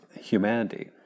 Humanity